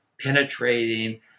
penetrating